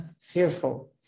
fearful